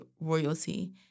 royalty